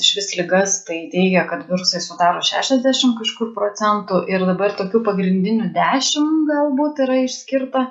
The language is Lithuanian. išvis ligas tai teigia kad virusai sudaro šešiasdešim kažkur procentų ir dabar tokių pagrindinių dešim galbūt yra išskirta